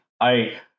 I-